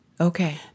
Okay